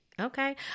okay